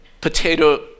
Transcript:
Potato